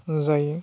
नुजायो